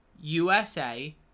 USA